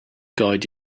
guide